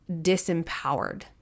disempowered